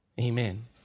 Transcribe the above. Amen